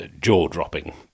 jaw-dropping